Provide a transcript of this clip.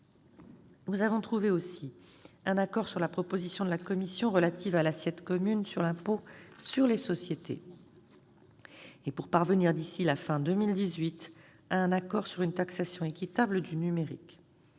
Nous avons aussi trouvé un accord sur la proposition de la Commission relative à l'assiette commune consolidée pour l'impôt sur les sociétés, l'ACCIS, et pour parvenir d'ici à la fin 2018 à un accord sur une taxation équitable du numérique.